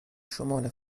شمال